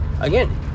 again